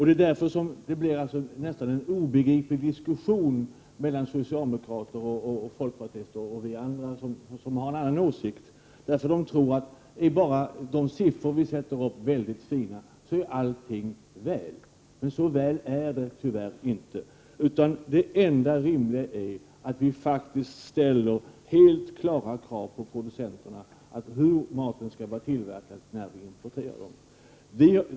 Det är därför det blir en nästan obegriplig diskussion mellan å ena sidan socialdemokrater och folkpartister och å andra sidan oss som har en annan åsikt. De tror att om bara de siffror man kan sätta upp är fina är allt väl. Men så väl är det tyvärr inte. Det enda rimliga är att vi faktiskt ställer helt klara krav på producenterna på hur maten skall få ha tillverkats när vi skall importera den.